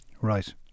Right